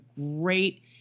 great